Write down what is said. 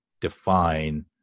define